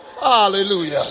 Hallelujah